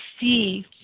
see